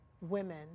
women